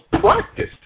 practiced